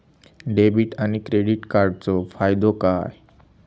Debit आणि credit कार्डचो फायदो काय?